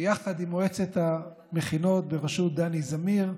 ביחד עם מועצת המכינות בראשות דני זמיר,